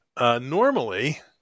Normally